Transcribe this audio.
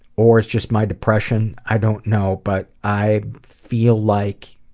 or it's just my depression, i don't know, but i feel like,